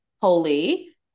Holy